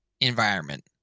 environment